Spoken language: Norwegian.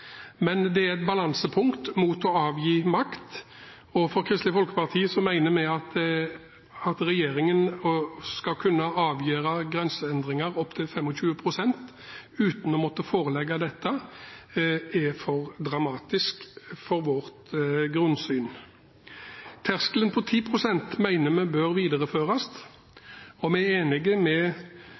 men det er et balansepunkt mot å avgi makt. I Kristelig Folkeparti mener vi at det at regjeringen skal kunne avgjøre grenseendringer opptil 25 pst. uten å måtte forelegge det, er for dramatisk for vårt grunnsyn. Terskelen på 10 pst. mener vi bør videreføres, og vi er enige med